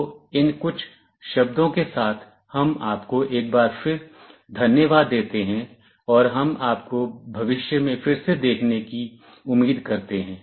तो इन कुछ शब्दों के साथ हम आपको एक बार फिर धन्यवाद देते हैं और हम आपको भविष्य में फिर से देखने की उम्मीद करते हैं